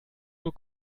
nur